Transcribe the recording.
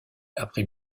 après